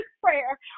prayer